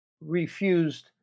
refused